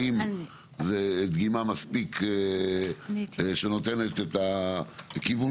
האם זה דגימה מספיק שנותנת את הכיוון